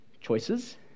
choices